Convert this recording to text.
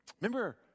Remember